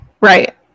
Right